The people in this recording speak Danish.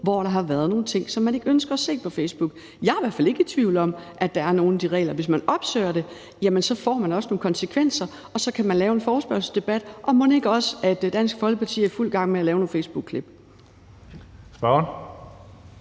hvor der har været nogle ting, så man ikke ønsker at se på Facebook. Jeg er i hvert fald ikke i tvivl om, at der er de regler – og hvis man opsøger det, jamen så har det også nogle konsekvenser. Og så kan man rejse en forespørgselsdebat, og mon ikke også Dansk Folkeparti er i fuld gang med at lave nogle facebookklip.